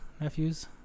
nephews